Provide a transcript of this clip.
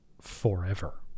forever